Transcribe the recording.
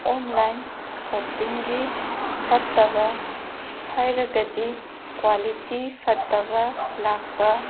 online ꯁꯣꯞꯄꯤꯡꯒꯤ ꯐꯠꯇꯕ ꯍꯥꯏꯔꯒꯗꯤ ꯀ꯭ꯋꯥꯂꯤꯇꯤ ꯐꯠꯇꯕ ꯂꯥꯛꯄ